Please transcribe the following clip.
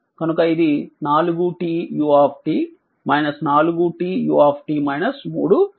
కనుక ఇది 4t u 4t u అవుతుంది